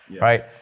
right